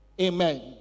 Amen